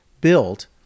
built